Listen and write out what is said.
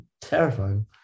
terrifying